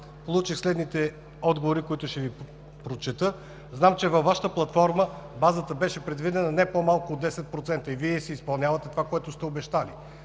получих следните отговори, които ще Ви прочета: „Знам, че във Вашата платформа беше предвидена база не по-малко от 10%, и Вие изпълнявате това, което сте обещали.